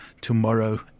Tomorrow